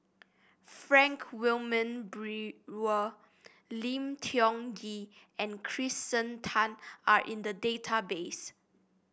Frank Wilmin Brewer Lim Tiong Ghee and Kirsten Tan are in the database